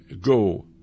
go